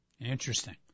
interesting